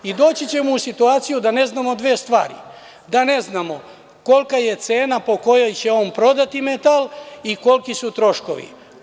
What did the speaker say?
Doći ćemo u situaciju da ne znamo dve stvari, da ne znamo kolika je cena po kojoj će on prodati metal i koliki su troškovi.